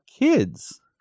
kids